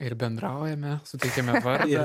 ir bendraujame suteikiame vardą